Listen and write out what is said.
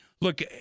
look